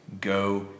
Go